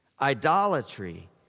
idolatry